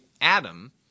Adam